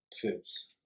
tips